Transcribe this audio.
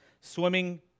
Swimming